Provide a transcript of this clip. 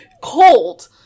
cold